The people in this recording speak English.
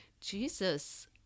Jesus